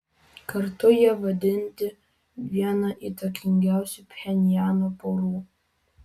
kartu jie vadinti viena įtakingiausių pchenjano porų